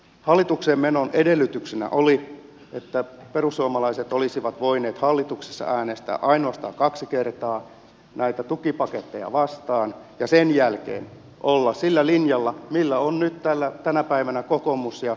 hallitukseen menon edellytyksenä oli että perussuomalaiset olisivat voineet hallituksessa äänestää ainoastaan kaksi kertaa näitä tukipaketteja vastaan ja sen jälkeen olla sillä linjalla millä ovat nyt tänä päivänä kokoomus ja sosialidemokraatit